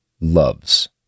loves